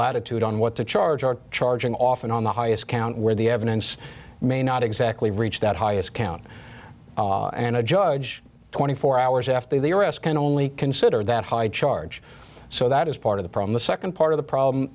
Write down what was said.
latitude on what to charge or charging often on the highest count where the evidence may not exactly reach that highest count and a judge twenty four hours after the arrest can only consider that high charge so that is part of the problem the second part of the problem